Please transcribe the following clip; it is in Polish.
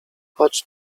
chodź